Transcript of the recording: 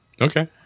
Okay